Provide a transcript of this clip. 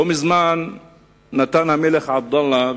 לא מזמן נתן המלך עבדאללה,